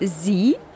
Sie